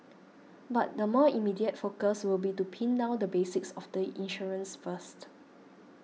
but the more immediate focus will be to pin down the basics of the insurance first